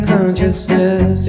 Consciousness